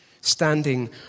standing